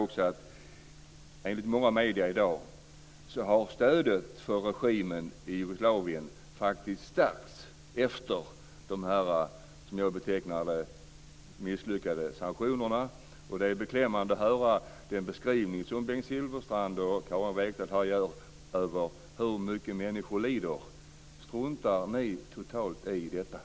Enligt många medier i dag har stödet för regimen i Jugoslavien faktiskt stärkts efter de som jag betecknar som misslyckade sanktionerna. Det är beklämmande att höra den beskrivning som Bengt Silfverstrand och Karin Wegestål ger över hur mycket människor lider. Struntar ni totalt i detta?